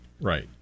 Right